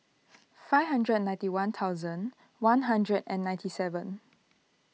five hundred ninety one thousand one hundred and ninety seven